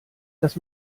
dass